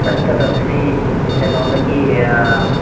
ꯆꯠꯀꯗꯕꯁꯤ ꯀꯩꯅꯣꯗꯒꯤ